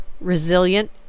resilient